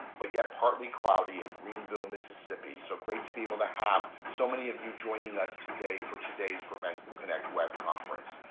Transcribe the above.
but yet partly cloudy in greenville, mississippi. so great to be able to have so many of you joining us today for today's prevent connect web conference.